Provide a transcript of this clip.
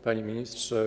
Panie Ministrze!